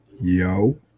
yo